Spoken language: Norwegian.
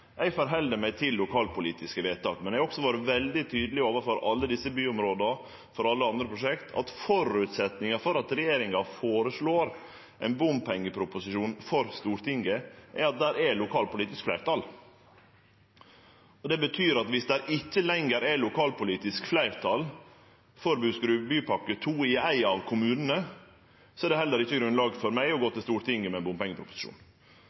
Eg held meg til lokalpolitiske vedtak. Men eg har også vore veldig tydeleg overfor alle desse byområda, og overfor alle andre prosjekt, på at føresetnaden for at regjeringa føreslår ein bompengeproposisjon for Stortinget, er at det er lokalpolitisk fleirtal. Det betyr at viss det ikkje lenger er lokalpolitisk fleirtal for Buskerudbypakke 2 i ein av kommunane, er det heller ikkje grunnlag for meg til å gå til Stortinget med ein bompengeproposisjon.